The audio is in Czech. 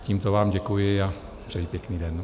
Tímto vám děkuji a přeji pěkný den.